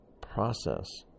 process